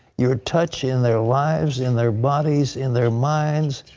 your touch in their lives, in their bodies, in their minds.